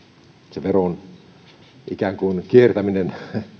se veron kiertäminen